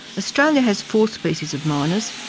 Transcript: australia has four species of miners,